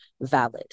valid